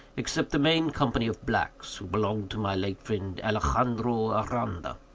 except the main company of blacks, who belonged to my late friend, alexandro aranda.